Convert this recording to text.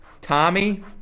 Tommy